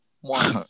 one